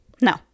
No